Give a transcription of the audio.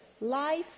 Life